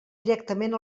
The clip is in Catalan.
directament